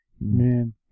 man